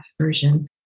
version